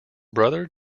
brother